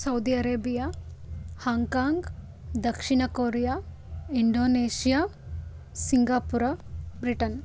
Saudi Arabia Hong Kong ದಕ್ಷಿಣ Korea Indonesia Singapore Britain